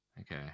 okay